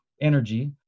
energy